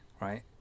right